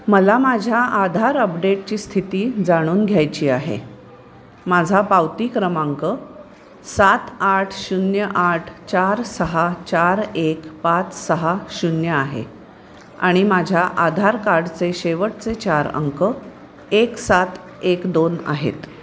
मला माझ्या आधार अपडेटची स्थिती जाणून घ्यायची आहे माझा पावती क्रमांक सात आठ शून्य आठ चार सहा चार एक पाच सहा शून्य आहे आणि माझ्या आधार कार्डचे शेवटचे चार अंक एक सात एक दोन आहेत